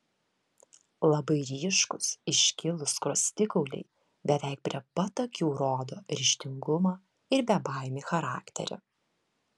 labai ryškūs iškilūs skruostikauliai beveik prie pat akių rodo ryžtingumą ir bebaimį charakterį